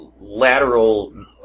lateral